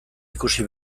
ikusi